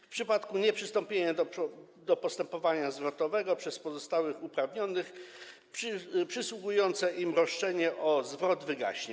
W przypadku nieprzystąpienia do postępowania zwrotowego przez pozostałych uprawnionych przysługujące im roszczenie o zwrot wygaśnie.